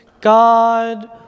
God